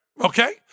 Okay